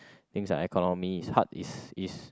things are economy hard is is